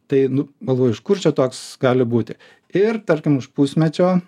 tai nu galvoju iš kur čia toks gali būti ir tarkim už pusmečio